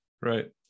Right